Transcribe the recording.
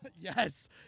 Yes